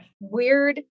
weird